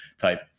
type